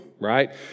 right